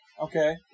Okay